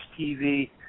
TV